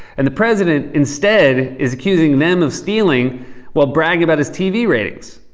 and the president instead is accusing them of stealing while bragging about his tv ratings.